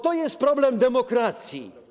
To jest problem demokracji.